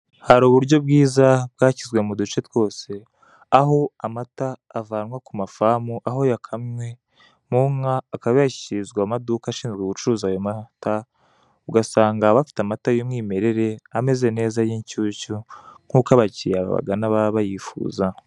Hari uburyo bwiza bwashyize mu duce twose, aho amata avanwa ku ma famu, aho yakamywe, mu nka, akaba yashyikirizwa mu maduka ashinzwe gucuruza ayo mata, ugasanga bafite amata y'umwimerere, ameze neza, y'inshyushyu, nk'uko abakiriya abagana baba bayifuza.